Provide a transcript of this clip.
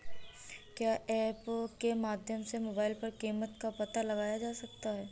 क्या ऐप के माध्यम से मोबाइल पर कीमत का पता लगाया जा सकता है?